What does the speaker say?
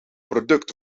product